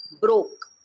broke